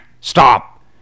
stop